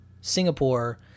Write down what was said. Singapore